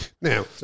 Now